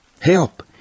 Help